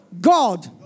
God